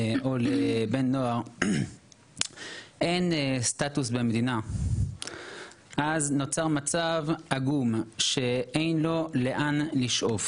או לבן נוער אין סטטוס במדינה אז נוצר מצב עגום שאין לו לאן לשאוף,